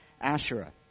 Asherah